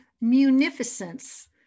munificence